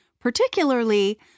particularly